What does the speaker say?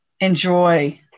enjoy